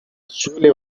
suele